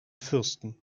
fürsten